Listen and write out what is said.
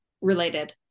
related